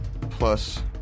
plus